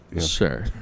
sure